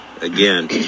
again